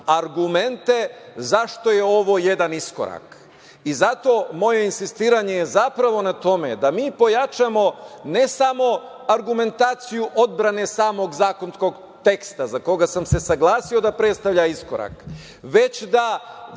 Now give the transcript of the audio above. argumente zašto je ovo jedan iskorak. Zato moje insistiranje je zapravo na tome da mi pojačamo ne samo argumentaciju odbrane samog zakonskog teksta za koga sam se saglasio da predstavlja iskorak, već da